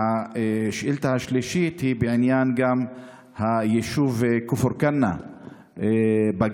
והשאילתה השלישית היא בעניין היישוב כפר כנא בגליל.